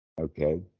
Okay